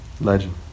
legend